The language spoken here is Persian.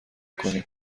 کنیم